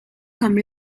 comme